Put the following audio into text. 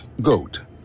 GOAT